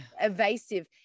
evasive